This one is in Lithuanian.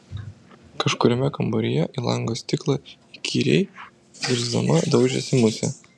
kažkuriame kambaryje į lango stiklą įkyriai zirzdama daužėsi musė